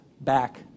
back